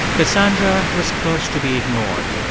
cassandra was cursed to be ignored.